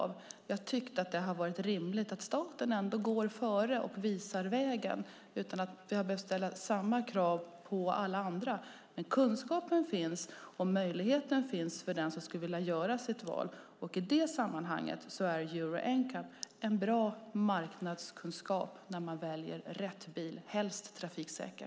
Vi har tyckt att det är rimligt att staten går före och visar vägen utan att vi behöver ställa samma krav på alla andra. Kunskapen finns, och möjligheten finns för den som skulle vilja göra sitt val. I det sammanhanget är Euro NCAP en bra marknadskunskap när det gäller att välja rätt bil - helst trafiksäker.